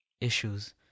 issues